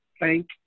thank